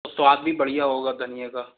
स्वाद भी बढ़िया होगा धनिये का